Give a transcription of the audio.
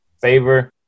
favor